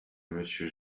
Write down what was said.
monsieur